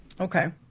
Okay